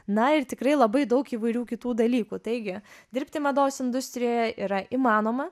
na ir tikrai labai daug įvairių kitų dalykų taigi dirbti mados industrijoje yra įmanoma